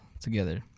together